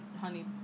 honey